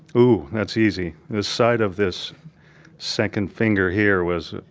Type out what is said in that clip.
oh. that's easy. the side of this second finger here was,